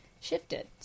shifted